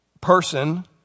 person